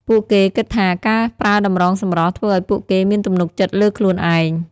ពួកគេគិតថាការប្រើតម្រងសម្រស់ធ្វើឱ្យពួកគេមានទំនុកចិត្តលើខ្លួនឯង។